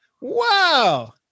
Wow